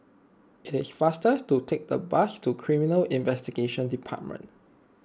it is faster to take a bus to Criminal Investigation Department